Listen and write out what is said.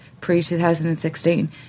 pre-2016